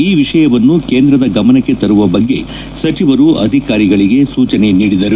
ಈ ವಿಷಯವನ್ನು ಕೇಂದ್ರದ ಗಮನಕ್ಕೆ ತರುವ ಬಗ್ಗೆ ಸಚಿವರು ಅಧಿಕಾರಿಗಳಿಗೆ ಸೂಚನೆ ನೀಡಿದರು